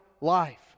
life